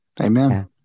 Amen